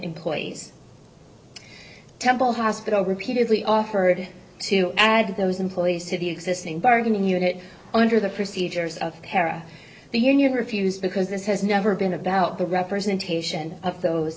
employees temple hospital repeatedly offered to add those employees to the existing bargaining unit under the procedures of para the union refused because this has never been about the representation of those